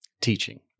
teaching